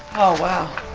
oh wow.